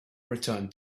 return